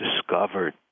discovered